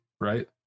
right